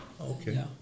Okay